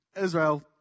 Israel